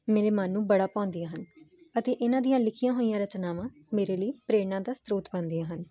ਮੇਰੇ ਮਨ ਨੂੰ ਬੜਾ ਭਾਉਂਦੀਆਂ ਹਨ ਅਤੇ ਇਹਨਾਂ ਦੀਆਂ ਲਿਖੀਆਂ ਹੋਈਆਂ ਰਚਨਾਵਾਂ ਮੇਰੇ ਲਈ ਪ੍ਰੇਣਾ ਦਾ ਸਰੋਤ ਬਣਦੀਆਂ ਹਨ